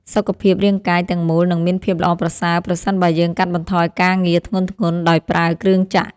សុខភាពរាងកាយទាំងមូលនឹងមានភាពល្អប្រសើរប្រសិនបើយើងកាត់បន្ថយការងារធ្ងន់ៗដោយប្រើគ្រឿងចក្រ។